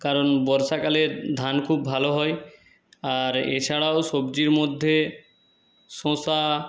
কারণ বর্ষাকালের ধান খুব ভালো হয় আর এছাড়াও সবজির মধ্যে শসা